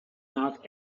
not